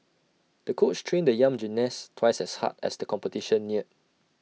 the coach trained the young gymnast twice as hard as the competition neared